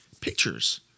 pictures